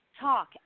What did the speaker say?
talk